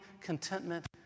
contentment